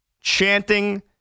chanting